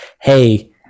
hey